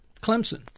Clemson